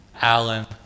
Alan